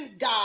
God